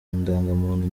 ndangamuntu